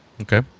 Okay